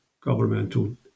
governmental